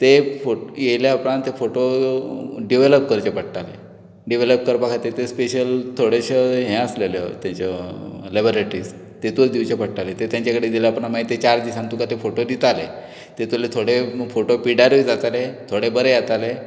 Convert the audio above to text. ते फोट येयल्या उपरांत ते फोटो डिवेलप करचे पडटाले डिवेलप करपा खातीर ते स्पेशल थोडेश्यो हे आसलल्यो तेज्यो लॅबोरेटरीज तेतूंत दिवचे पडटाले ते तेंचे कडेन दिल्या उपरांत मागीर ते चार दिसान तुका ते फोटो दिताले तेतुंतले थोडे फोटो पिड्ड्यारूय जाताले थोडे बरें येताले